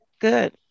good